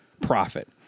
profit